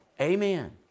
Amen